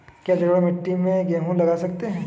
क्या जलोढ़ मिट्टी में गेहूँ लगा सकते हैं?